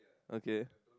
okay